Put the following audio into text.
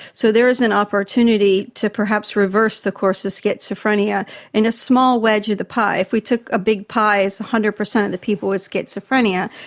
so there is an opportunity to perhaps reverse the course of schizophrenia in a small wedge of the pie. if we took a big pie as one hundred percent of the people with schizophrenia,